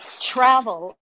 travel